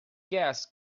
gas